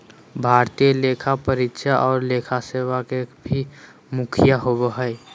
भारतीय लेखा परीक्षा और लेखा सेवा के भी मुखिया होबो हइ